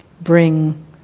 bring